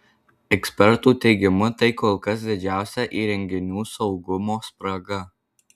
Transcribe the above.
ekspertų teigimu tai kol kas didžiausia įrenginių saugumo spraga